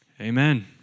Amen